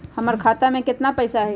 हमर खाता में केतना पैसा हई?